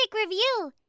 review